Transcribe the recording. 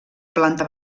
planta